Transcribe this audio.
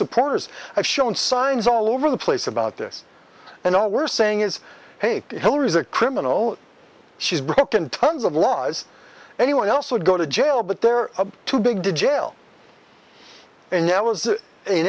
supporters have shown signs all over the place about this and all we're saying is hate hillary's a criminal she's broken tons of laws anyone else would go to jail but they're too big to jail and that was an